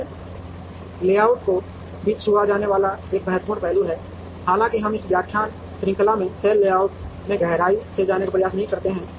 cell layout को भी छुआ जाने वाला एक महत्वपूर्ण पहलू है हालांकि हम इस व्याख्यान श्रृंखला में सेल लेआउट में गहराई से जाने का प्रयास नहीं करते हैं